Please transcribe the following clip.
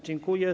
Dziękuję.